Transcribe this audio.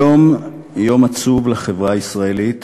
היום הוא יום עצוב לחברה הישראלית,